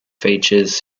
features